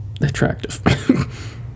attractive